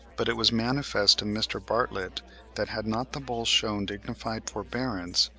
but it was manifest to mr. bartlett that, had not the bull shewn dignified forbearance,